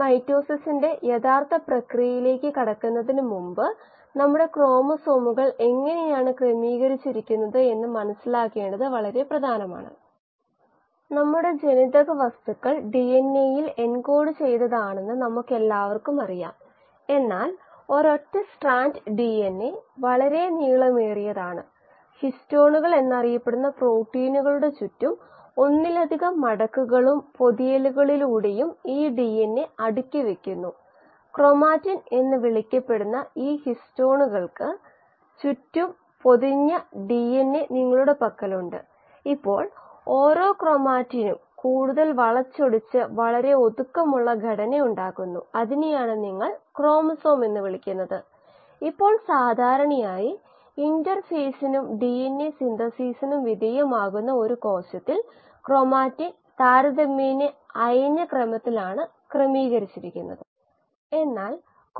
മുകളിൽ പറഞ്ഞ ഉദ്ദേശ്യത്തിനായി ഒരു മണിക്കൂറിൽ 500 ഗ്രാം എന്ന നിരക്കിൽ അനുയോജ്യമായ ഒരു ഫംഗസിനെ ഉത്പാദിപ്പിക്കേണ്ടതുണ്ട് അതായത് ഉൽപ്പാദന നിരക്ക്